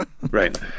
Right